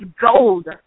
gold